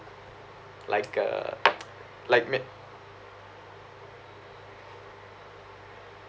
like uh like ma~